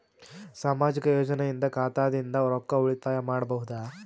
ಸಾಮಾಜಿಕ ಯೋಜನೆಯಿಂದ ಖಾತಾದಿಂದ ರೊಕ್ಕ ಉಳಿತಾಯ ಮಾಡಬಹುದ?